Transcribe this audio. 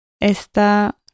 Esta